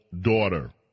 daughter